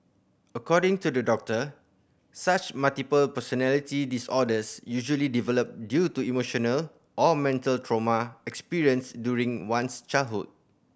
according to the doctor such multiple personality disorders usually develop due to emotional or mental trauma experienced during one's childhood